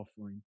offering